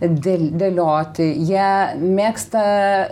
del dėlioti jie mėgsta